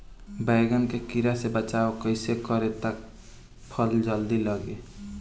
बैंगन के कीड़ा से बचाव कैसे करे ता की फल जल्दी लगे?